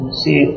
see